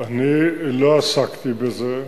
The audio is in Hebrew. אני לא עסקתי בזה.